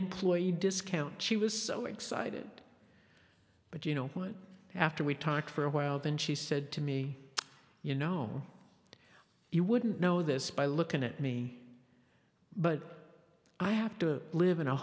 employee discount she was so excited but you know what after we talked for a while then she said to me you know you wouldn't know this by looking at me but i have to live in a